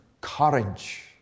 courage